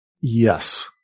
yes